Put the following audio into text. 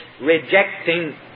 rejecting